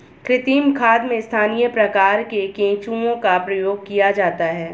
कृमि खाद में स्थानीय प्रकार के केंचुओं का प्रयोग किया जाता है